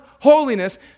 holiness